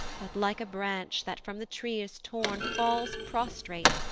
but, like a branch that from the tree is torn, falls prostrate,